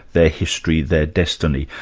their history, their destiny.